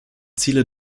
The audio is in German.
ziele